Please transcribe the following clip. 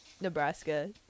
nebraska